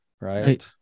Right